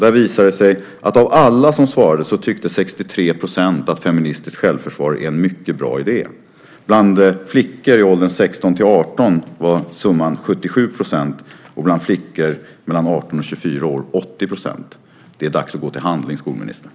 Där visar det sig att av alla som svarade tyckte 63 % att feministiskt självförsvar är en mycket bra idé. Bland flickor i åldern 16-18 år var summan 77 % och bland flickor mellan 18 och 24 år 80 %. Det är dags att gå till handling, skolministern!